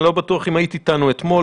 אני לא בטוח אם היית איתנו אתמול,